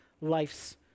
life's